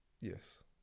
Yes